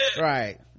right